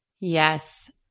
Yes